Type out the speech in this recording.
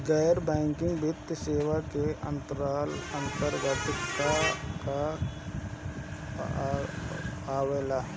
गैर बैंकिंग वित्तीय सेवाए के अन्तरगत का का आवेला?